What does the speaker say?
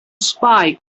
spy